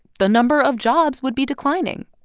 the number of jobs would be declining.